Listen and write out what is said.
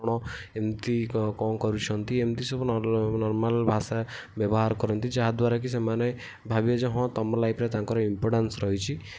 ପଣ ଏମତି କ'ଣ କରିଛନ୍ତି ଏମତି ସବୁ ନର୍ମାଲ୍ ଭାଷା ବ୍ୟବହାର କରନ୍ତି ଯାହାଦ୍ୱାରା କି ସେମାନେ ଭାବିବେ ଯେ ହଁ ତମ ଲାଇଫ୍ରେ ତାଙ୍କର ଇମ୍ପୋର୍ଟାନ୍ସ୍ ରହିଛି